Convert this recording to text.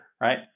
right